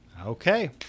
Okay